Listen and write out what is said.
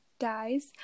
guys